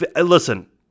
listen